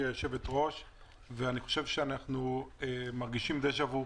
אני חושב שאנחנו מרגישים דז'ה וו,